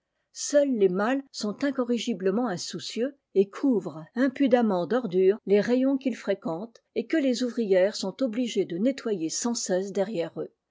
seuls les mâles sont inc rigiblement insoucieux et couvrent impude ment d'ordures les rayons qu'ils fréquentent et que les ouvrières sont obligées de nettoyer sans cesse derrière eux